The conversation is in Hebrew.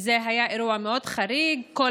זה היה אירוע חריג מאוד.